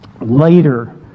later